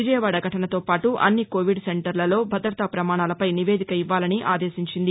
విజయవాడ ఫుటనతో పాటు అన్ని కోవిడ్ సెంటర్లలో భద్రత ప్రమాణాలపై నివేదిక ఇవ్వాలని ఆదేశించింది